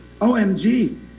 OMG